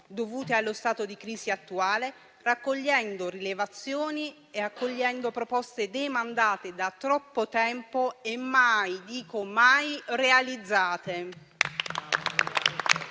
dovute allo stato di crisi attuale, raccogliendo rilevazioni e accogliendo proposte demandate da troppo tempo e mai - dico mai - realizzate.